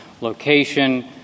location